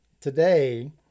today